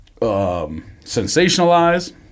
Sensationalize